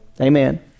Amen